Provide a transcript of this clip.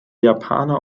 japaner